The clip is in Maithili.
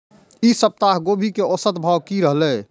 ई सप्ताह गोभी के औसत भाव की रहले?